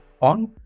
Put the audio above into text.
on